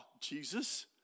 Jesus